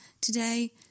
today